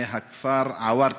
מהכפר עוורתא,